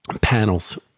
panel's